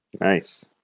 nice